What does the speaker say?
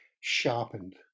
sharpened